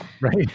right